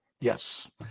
Yes